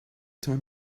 time